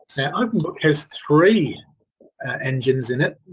openbook has three engines in it.